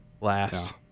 last